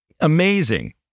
amazing